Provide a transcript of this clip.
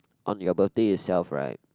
on your birthday itself right